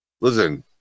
listen